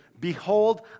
Behold